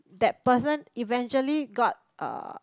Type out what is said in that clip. that person eventually got uh